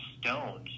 stones